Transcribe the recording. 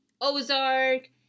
Ozark